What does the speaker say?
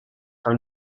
her